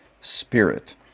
Spirit